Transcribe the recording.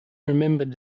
remembered